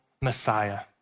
Messiah